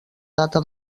data